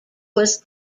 was